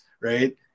right